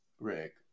Rick